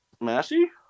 Massey